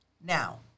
Now